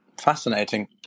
Fascinating